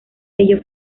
ello